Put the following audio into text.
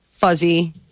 fuzzy